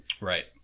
Right